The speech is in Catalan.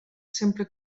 sempre